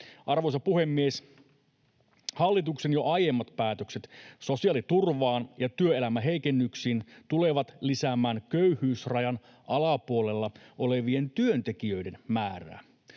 Arvoisa puhemies! Hallituksen jo aiemmat päätökset sosiaaliturvaan ja työelämän heikennyksiin tulevat lisäämään köyhyysrajan alapuolella olevien työntekijöiden määrää